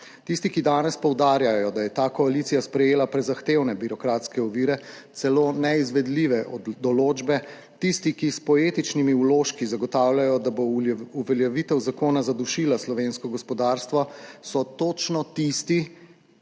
Tisti, ki danes poudarjajo, da je ta koalicija sprejela prezahtevne birokratske ovire, celo neizvedljive določbe, tisti, ki s poetičnimi vložki zagotavljajo, da bo uveljavitev zakona zadušila slovensko gospodarstvo, so točno tisti,